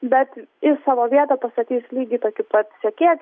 bet į savo vietą pastatys lygiai tokį pat sekėją